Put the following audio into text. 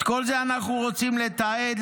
את כל זה אנחנו רוצים לתעד,